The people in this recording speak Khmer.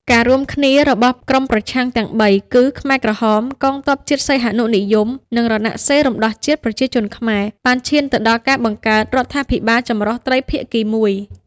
ការរួបរួមគ្នារបស់ក្រុមប្រឆាំងទាំងបី គឺខ្មែរក្រហម កងទ័ពជាតិសីហនុនិយម និង រណសិរ្សរំដោះជាតិប្រជាជនខ្មែរ បានឈានទៅដល់ការបង្កើតរដ្ឋាភិបាលចម្រុះត្រីភាគីមួយ។